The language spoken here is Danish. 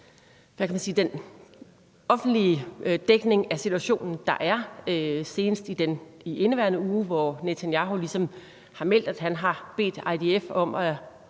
den offentlige dækning af situationen, senest i indeværende uge, hvor Netanyahu ligesom har meldt ud, at han har bedt IDF om at